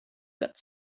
got